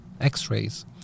x-rays